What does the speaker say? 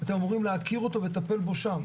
אתם אמורים להכיר אותו, לטפל בו שם.